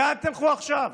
לאן תלכו עכשיו?